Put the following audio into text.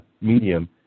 medium